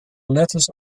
lattice